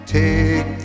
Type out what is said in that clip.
take